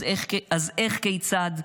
אז איך, כיצד,